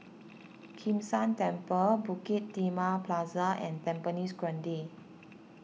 Kim San Temple Bukit Timah Plaza and Tampines Grande